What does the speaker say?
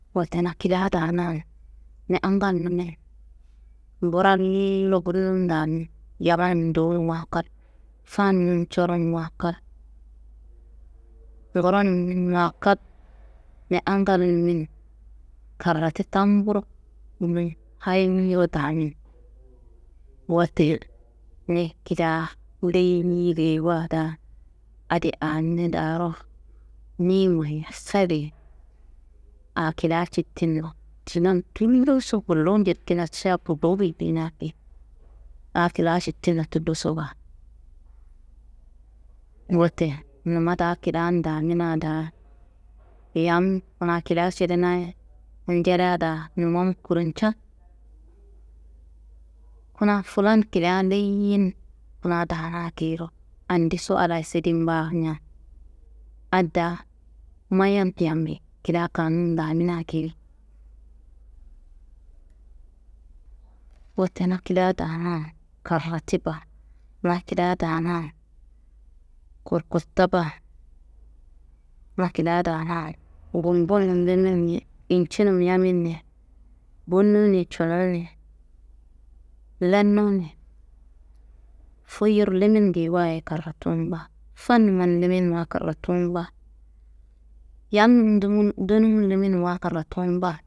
Wote na kilia daanan ni angalumin brallo bunnun damu, jamanum dowonwa kal, fanu n coronwa kal, nguronunwa kak ni angalumin karreti tamburo bunum hayiro damin. Wote ni kilia leyiyi geyiwa daa adi a ni daro nima ye, herri ye aa kilia citinna dinan tulloso gullu njedikina ca burgowu gullina geyi, aa kilia citinna tulloso baa. Wote numma daa kilian damina daa, yam kuna kilia cedenayi njerea daa num mburunjan. Kuna fulan kilia leyiyin kuna daana geyiro andiso Allahayi sendim baa njen, adda mayan yammi kilia kanum damina geyi. Wote na kilia daanan karhati baa, na kilia daanan koworkotta baa, na kilia daanan gumbun biminni ye, incinum yaminni ye, bunumni, cununni, lenunni, foyor limin geyi waye karratum baa, fanumman liminwaye karratumba, yalnum dunum liminwa karratum baa.